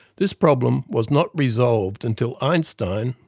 this problem was not resolved until einstein,